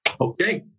Okay